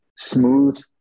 smooth